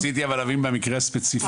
אני רציתי להבין מהמקרה הספציפי שלו.